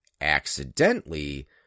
accidentally